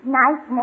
nice